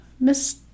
Miss